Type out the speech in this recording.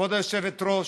כבוד היושבת-ראש,